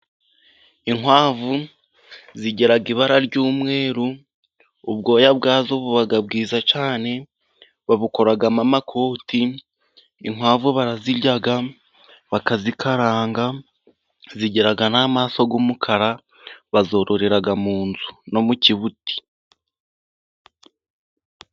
Inkwavu zigira ibara ry'umweru ubwoya bwazo buba bwiza cyangwa babukoramo amakoti. Inkwavu barazirya, bakazikaranga zigera na maso y'umukara, bazororera mu nzu no mu kibuti.